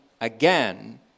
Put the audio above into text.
again